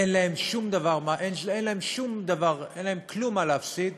אין להם שום דבר, אין להם כלום מה להפסיד: